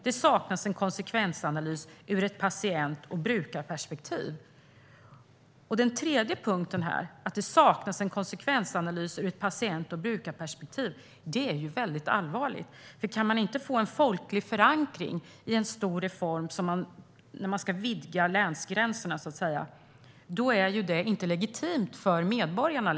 Det saknas en konsekvensanalys ur ett patient och brukarperspektiv. Att det saknas en konsekvensanalys ur ett patient och brukarperspektiv, som det talas om under den tredje punkten, är väldigt allvarligt. Om man inte kan få en folklig förankring för en så stor reform som att vidga länsgränserna har det inte längre legitimitet hos medborgarna.